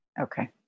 Okay